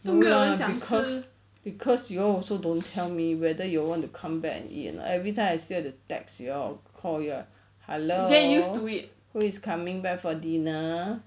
no lah cause cause you all also don't tell me whether you all want to come back and eat or not every time I scared to text you all call you up hello who is coming back for dinner